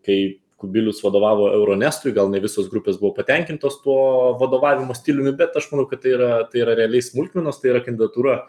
kai kubilius vadovavo euro miestui gal ne visos grupės buvo patenkintos tuo vadovavimo stiliumi bet aš manau kad tai yra tai yra realiai smulkmenos tai yra kandidatūra